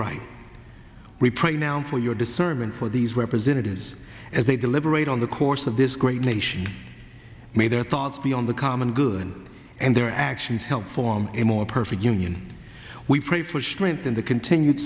pray now for your discernment for these representatives as they deliberate on the course of this great nation may their thoughts be on the common good and their actions help form a more perfect union we pray push strengthen the continued